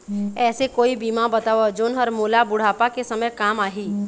ऐसे कोई बीमा बताव जोन हर मोला बुढ़ापा के समय काम आही?